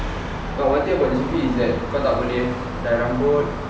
but one things about is that kau tak boleh dye rambut